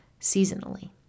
seasonally